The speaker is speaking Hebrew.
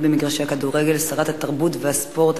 במגרשי הכדורגל" שרת התרבות והספורט,